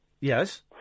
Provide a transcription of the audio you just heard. Yes